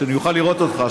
כדי שאני אוכל לראות אותך.